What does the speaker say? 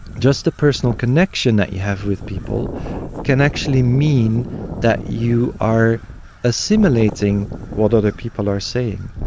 just a personal collection that you have with people can actually mean that you are assimilating what other people are saying.